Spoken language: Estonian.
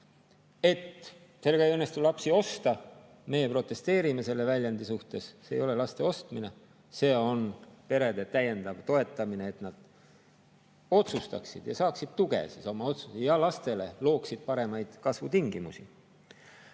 sellega ei õnnestu lapsi osta. Meie protesteerime selle väljendi suhtes: see ei ole laste ostmine, see on perede täiendav toetamine, et nad otsustaksid ja saaksid tuge oma otsusele ja looksid lastele paremaid kasvutingimusi."See